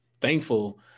thankful